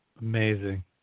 Amazing